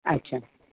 अच्छा